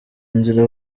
nzira